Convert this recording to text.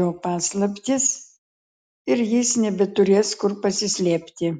jo paslaptis ir jis nebeturės kur pasislėpti